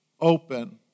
open